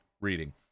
reading